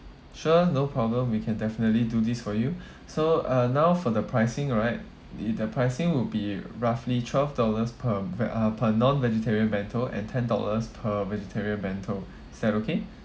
sure no problem we can definitely do this for you so uh now for the pricing right it the pricing will be roughly twelve dollars per ve~ uh per non vegetarian bento and ten dollars per vegetarian bento is that okay